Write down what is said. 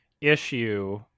Issue